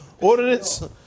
Ordinance